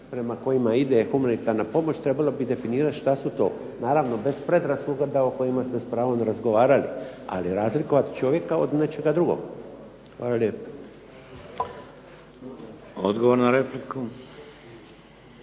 prema kojima ide humanitarna pomoć trebalo bi definirati što su to? Naravno, bez predrasuda o kojima ste s pravom razgovarali, ali razlikovat čovjeka od nečega drugog. Hvala lijepo. **Šeks,